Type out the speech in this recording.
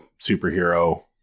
superhero